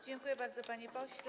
Dziękuję bardzo, panie pośle.